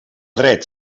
dret